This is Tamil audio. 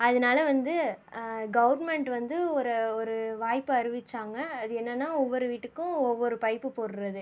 அதனால் வந்து கௌர்மண்ட் வந்து ஒரு ஒரு வாய்ப்பு அறிவிச்சாங்க அது என்னன்னா ஒவ்வொரு வீட்டிற்கும் ஒவ்வொரு பைப் போடுவது